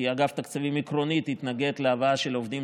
כי אגף התקציבים התנגד עקרונית להבאה של עובדים